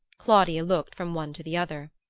claudia looked from one to the other.